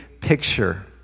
picture